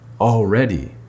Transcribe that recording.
already